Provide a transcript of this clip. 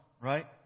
right